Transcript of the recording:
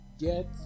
get